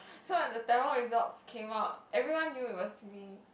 so when the tamil results came out everyone knew it was me